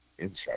Inside